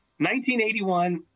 1981